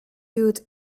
used